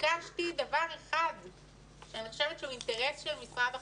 ביקשתי דבר אחד שאני חושבת שהוא אינטרס של משרד החינוך,